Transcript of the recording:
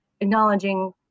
acknowledging